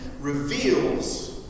reveals